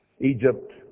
Egypt